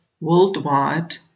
worldwide